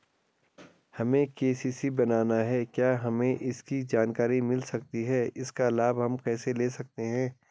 हमें के.सी.सी बनाना है क्या हमें इसकी जानकारी मिल सकती है इसका लाभ हम कैसे ले सकते हैं?